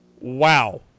Wow